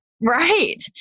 Right